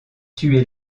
tué